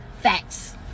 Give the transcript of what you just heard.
facts